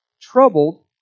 troubled